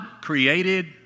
created